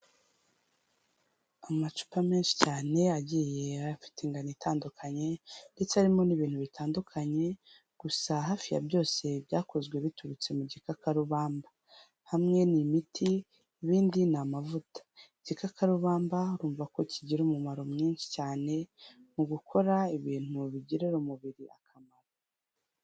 Amacupa menshi cyane agiye afite ingano itandukanye, ndetse harimo n'ibintu bitandukanye, gusa hafi ya byose byakozwe biturutse mu gikakarubamba. Hamwe ni imiti, ibindi ni amavuta. Igikakarubamba urumva ko kigira umumaro mwinshi cyane mu gukora ibintu bigirira umubiri akamaro.